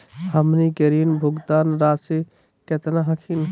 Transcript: हमनी के ऋण भुगतान रासी केतना हखिन?